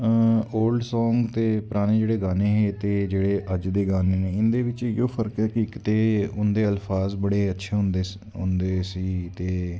old song ते पराने जेह्ड़े गानें हे एह् जेह्ड़े अज्ज दे गानें न इंदे बिच्च इयो फर्क ऐ कि इस ते उंदे अळफाज़ बड़े अच्छे होंदे हे ते